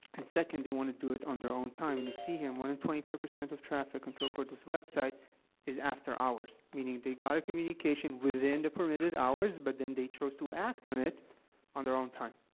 and second, they want to do it on their own time. and you see here, more than twenty five percent of traffic on trueaccord's website is after hours, meaning they got a communication within the permitted hours, but then they chose to act on it on their own time.